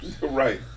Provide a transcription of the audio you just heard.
Right